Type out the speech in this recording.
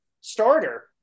starter